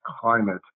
climate